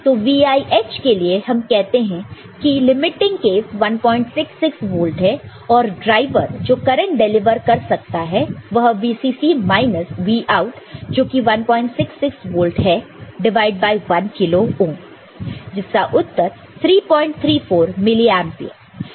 तो VIH के लिए हम कहते हैं कि लिमिटिंग केस 166 वोल्ट है और ड्राइवर जो करंट डिलीवर कर सकता है वह VCC माइनस Vout जो कि 166 वोल्ट है डिवाइड बाय 1 किलो ओहम जिसका उत्तर 334 मिली एंपियर है